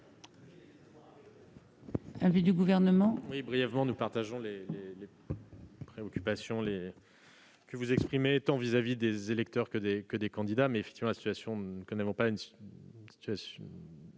l'avis du Gouvernement ?